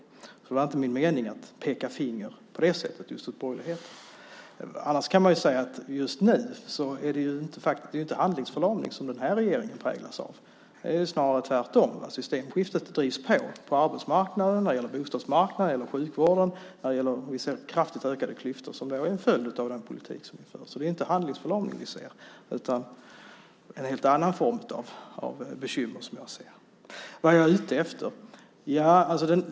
Det var inte min mening att peka finger på det sättet just åt borgerligheten. Annars kan man säga att just nu är det ju inte handlingsförlamning som den här regeringen präglas av. Det är snarare tvärtom att systemskiftet drivs på när det gäller arbetsmarknaden, bostadsmarknaden och sjukvården. Vi ser kraftigt ökade klyftor som är en följd av den politik som ni för. Det är inte handlingsförlamning vi ser. Jag ser en helt annan form av bekymmer. Vad är jag ute efter?